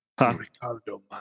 Ricardo